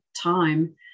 time